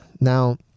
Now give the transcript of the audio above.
now